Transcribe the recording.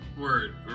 Word